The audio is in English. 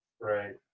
Right